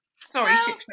Sorry